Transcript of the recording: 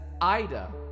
Ida